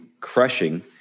crushing